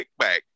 kickback